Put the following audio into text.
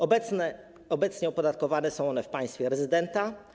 Obecnie opodatkowane są one w państwie rezydenta.